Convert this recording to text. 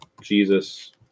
Jesus